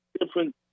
different